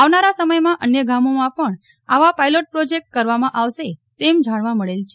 આવનારા સમયમાં અન્ય ગામોમાં પણ આવા પાયલોટ પ્રોજેક્ટ કરવામાં આવશે તેમ જાણવા મળેલ છે